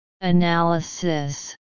Analysis